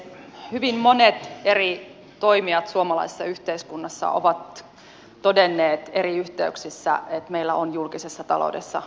hyvin monet eri toimijat suomalaisessa yhteiskunnassa ovat todenneet eri yhteyksissä että meillä on julkisessa taloudessa kestävyysvaje